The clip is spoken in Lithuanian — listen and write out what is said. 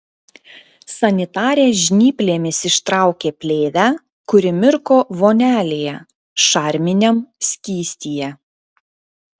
sanitarė žnyplėmis ištraukė plėvę kuri mirko vonelėje šarminiam skystyje